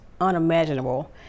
unimaginable